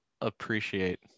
appreciate